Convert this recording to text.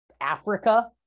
Africa